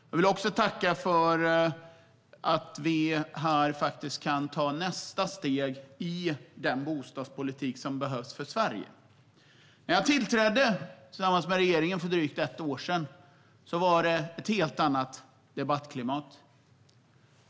Jag vill också tacka för att vi här kan ta nästa steg i den bostadspolitik som behövs för Sverige. När jag tillträdde tillsammans med regeringen för drygt ett år sedan var det ett helt annat debattklimat.